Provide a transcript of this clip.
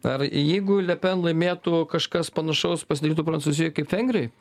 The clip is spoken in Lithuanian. ar jeigu le pen laimėtų kažkas panašaus pasidarytų prancūzijoj kaip vengrijoj